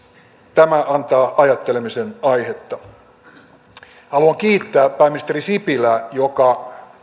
tämä antaa ajattelemisen aihetta haluan kiittää pääministeri sipilää joka